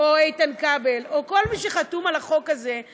או איתן כבל או כל מי שחתום על החוק הזה,